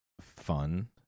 fun